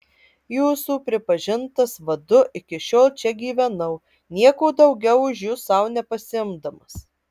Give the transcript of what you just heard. jūsų pripažintas vadu iki šiol čia gyvenau nieko daugiau už jus sau nepasiimdamas